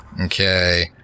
Okay